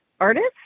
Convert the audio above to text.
artist